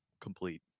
complete